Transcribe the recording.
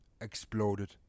exploded